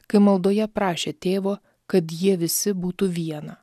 kai maldoje prašė tėvo kad jie visi būtų viena